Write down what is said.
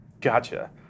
Gotcha